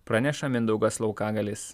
praneša mindaugas laukagalis